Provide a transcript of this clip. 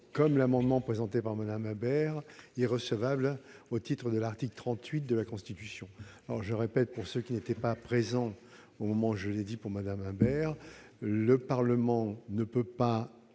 comme l'amendement présenté par Mme Imbert, est irrecevable au titre de l'article 38 de la Constitution. Je le répète pour ceux qui n'étaient pas là au moment où je l'ai dit à Mme Imbert, le Parlement ne peut pas